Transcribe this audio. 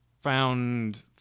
found